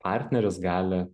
partneris gali